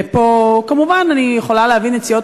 ופה כמובן אני יכולה להבין את סיעות